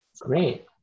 Great